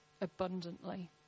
abundantly